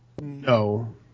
No